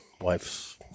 wife's